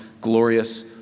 glorious